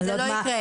זה לא יקרה.